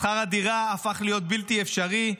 שכר הדירה הפך להיות בלתי אפשרי,